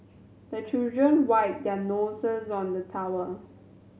the children wipe their noses on the towel